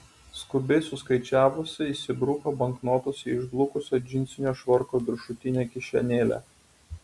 skubiai suskaičiavusi įsibruko banknotus į išblukusio džinsinio švarko viršutinę kišenėlę